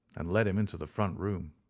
and led him into the front room.